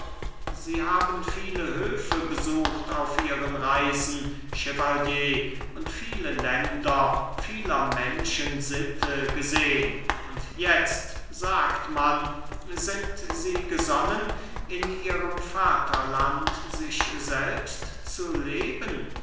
sie haben viele höfe besucht auf ihren reisen chevalier und viele länder vieler menschen sitte gesehn und jetzt sagt man sind sie gesonnen in ihrem vaterland sich selbst zu leben